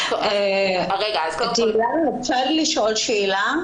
אני מבקשת לשאול שאלה.